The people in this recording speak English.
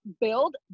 build